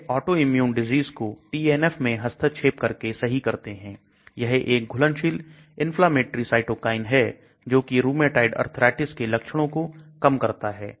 यह Autoimmune Diseases को TNF मैं हस्तक्षेप करके सही करते हैं यह एक घुलनशील Inflammatory Cytokine है जोकि रूमेटाइड अर्थराइटिस के लक्षणों को कम करता है